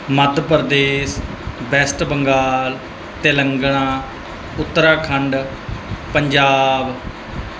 Madhya Pradesh West Bengal Telangana Uttarakhand Punjab